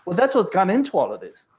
that's what's gone into all of this.